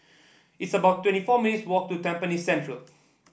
it's about twenty four minutes' walk to Tampines Central